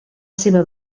seva